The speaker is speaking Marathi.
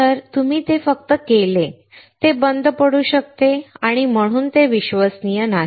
एकदा तुम्ही ते केले की ते बंद पडू शकते आणि म्हणून ते विश्वसनीय नाही